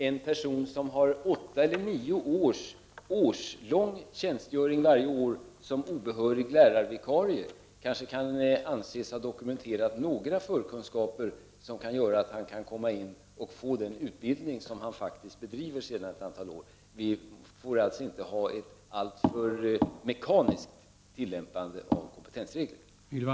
En person som har åtta eller nio års tjänstgöring som obehörig lärarvikarie kanske kan anses ha dokumenterat några förkunskaper som kan göra det möjligt för honom att få utbildning för det yrke som han faktiskt bedriver sedan ett antal år. Vi får alltså inte ha ett alltför mekaniskt tillämpande av kompetensreglerna.